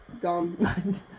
Dumb